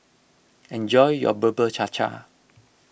enjoy your Bubur Cha Cha